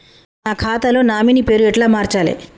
నా ఖాతా లో నామినీ పేరు ఎట్ల మార్చాలే?